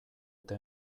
eta